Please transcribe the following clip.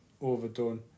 overdone